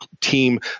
team